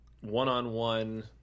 one-on-one